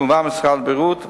משרד הבריאות כמובן,